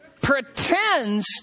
pretends